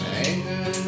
anger